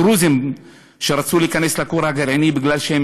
דרוזים שרצו להיכנס לכור הגרעיני, ובגלל שהם